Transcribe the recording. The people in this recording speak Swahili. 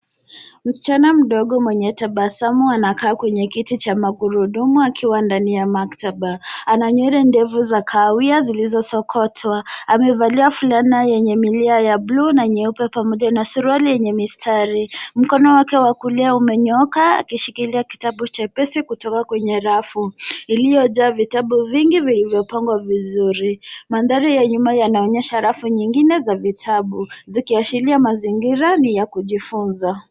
Msichana mdogo mwenye tabasamu anakaa kwenye kiti cha magurudumu akiwa ndani ya maktaba. Ana nywele ndefu za kahawia zilizosokotwa. Amevalia fulana yenye milia ya bluu na nyeupe pamoja na suruali yenye mistari. Mkono wake wa kulia umenyooka akishikilia kitabu chepesi kutoka kwenye rafu iliyojaa vitabu vingi vilivyopangwa vizuri. Mandhari ya nyuma yanaonyesha rafu nyingine za vitabu ikiashiria mazingira ni ya kujifunza.